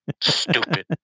stupid